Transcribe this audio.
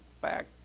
back